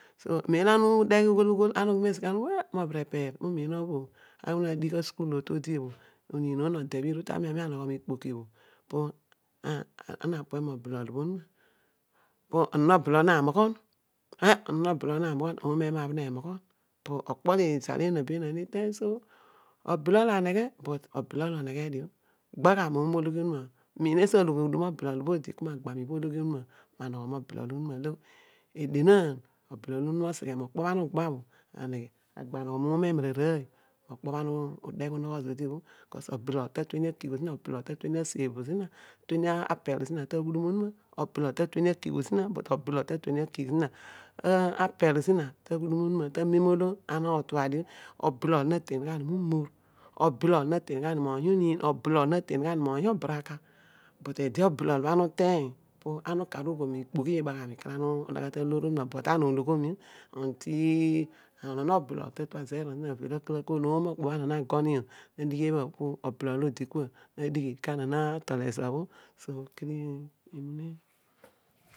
So, amem olo ana ughi meesi ka ana ughol mo obherepeer oh, mu miin obho bho, oony todi adigh a sukut obho ami unogho zool mi ikpok omiin bho no ode ishin ikpoki asutkul oogy obhe eedi ta aro ami, anem ndighi lana pank onuma, po onon oblol na moghan, ah, onon oblel namoghon omo emo bho nemogbon bho neai i teeny obll enna anaghe bu obhol oneghe dio lugha gha moonologhi onung miin esi obho oblol odi ki maagba mi obho ologhi onuma ma mogho zodi molo edienaan oblol onuma oaghre mokpo obho an nybe bho agba anogha moom emooara oy mo ospe bhe ane ude ghe uroghe zodi obho bkos oblol tatueni ate gh zina, oblul tatreni asaire zina, laterem apel zing ta ghuderm onuma, obloz ter tueni akigh zing but obtol ratueni akish zing apel zina ta ghadam olmadio oblol naten gha ni mumor oblot noten gha ni mous ny gha lout oniin, oblul naten obaraka oblet obho ana uteany obno, po ana kar ughe miigbogh ibaghami alogha ta aloor onuma but ana ologhomi a un tic onon obrol latero om zina vel omookpo bho ana na goni obbo na dighi bhabhe po oblol olo adikua alighi ka ana na tol ezo bho kedi o imuneen.